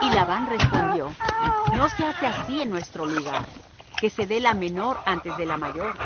y labán respondió no se hace así en nuestro lugar que se dé la menor antes de la mayor